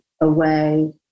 away